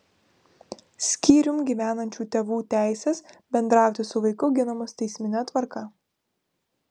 skyrium gyvenančių tėvų teisės bendrauti su vaiku ginamos teismine tvarka